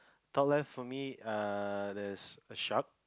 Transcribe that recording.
top left for me err there's a shark